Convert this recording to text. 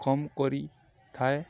କମ କରିଥାଏ